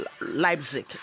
Leipzig